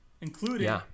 including